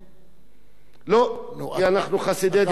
לא, כי אנחנו חסידי דמוקרטיה.